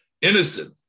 innocent